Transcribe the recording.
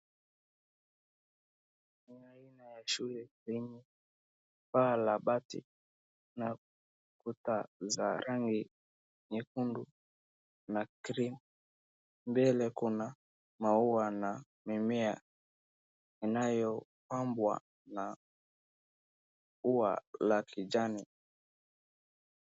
Ni aina ya shule lenye paa la bati na kuta za rangi nyekundu na cream , mbele kuna maua na mimea inayopambwa na ua la kijani.